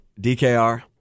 DKR –